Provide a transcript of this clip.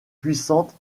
puissante